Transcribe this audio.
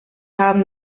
haben